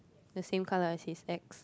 the same colour as he expects